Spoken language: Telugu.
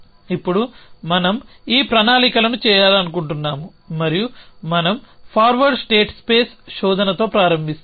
ఇప్పుడు మనం ఈ ప్రణాళికను చేయాలను కుంటున్నాము మరియు మనం ఫార్వర్డ్ స్టేట్ స్పేస్ శోధనతో ప్రారంభిస్తాము